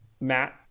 Matt